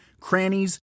crannies